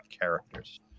characters